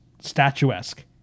statuesque